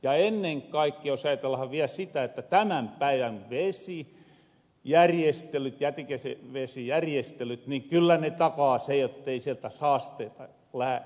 ja ennen kaikkea jos ajatellahan viel tämän päivän jätevesijärjestelyjä niin kyllä ne takaa sen jottei sieltä saasteita lähe